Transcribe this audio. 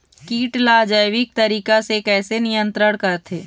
कीट ला जैविक तरीका से कैसे नियंत्रण करथे?